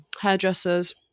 hairdressers